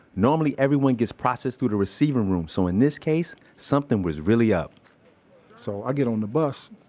normally everyone gets processed through the receiving room. so in this case, something was really up so i get on the bus,